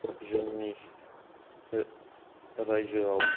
जोंनि बे रायजोआव